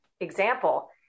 example